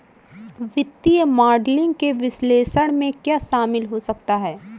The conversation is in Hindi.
वित्तीय मॉडलिंग के विश्लेषण में क्या शामिल हो सकता है?